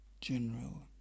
general